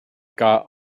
got